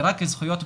רק זכויות פרטיות,